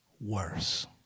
worse